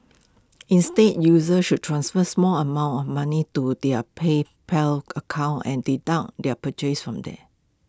instead users should transfer small amounts of money to their PayPal accounts and their purchases from there